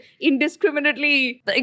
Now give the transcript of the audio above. indiscriminately